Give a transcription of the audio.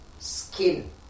skin